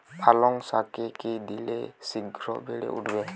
পালং শাকে কি দিলে শিঘ্র বেড়ে উঠবে?